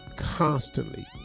Constantly